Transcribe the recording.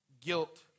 guilt